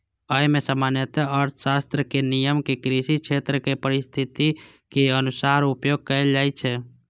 अय मे सामान्य अर्थशास्त्रक नियम कें कृषि क्षेत्रक परिस्थितिक अनुसार उपयोग कैल जाइ छै